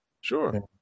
Sure